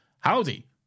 Howdy